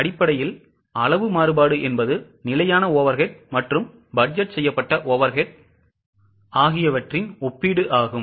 அடிப்படையில் அளவு மாறுபாடு என்பது நிலையான overhead மற்றும் பட்ஜெட் செய்யப்பட்ட overhead ஆகியவற்றின் ஒப்பீடு ஆகும்